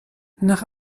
nach